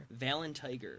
Valentiger